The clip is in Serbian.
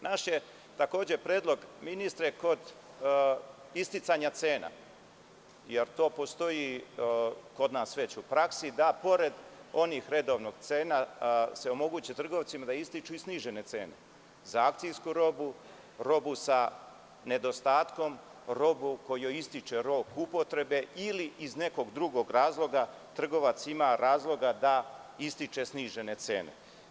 Naš je predlog, ministre, kod isticanja cena, jer to postoji kod nas u praksi, da pored onih redovnih cena se omogući trgovcima da ističu i snižene cene za akcijsku robu, robu sa nedostatku, robu kojoj ističe rok upotrebe ili iz nekog drugog razloga trgovac ima razloga da ističe snižene cene.